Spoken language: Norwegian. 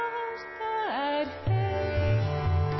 er